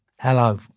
hello